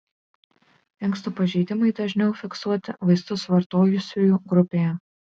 inkstų pažeidimai dažniau fiksuoti vaistus vartojusiųjų grupėje